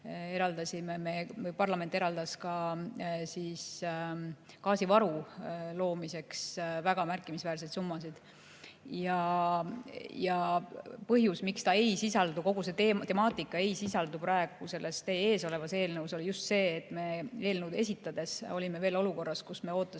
mäletate, parlament eraldas ka gaasivaru loomiseks väga märkimisväärseid summasid. Ja põhjus, miks ta ei sisaldu, kogu see temaatika ei sisaldu praegu teie ees olevas eelnõus, on just see, et me eelnõu esitades olime olukorras, kus me ootasime